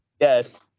yes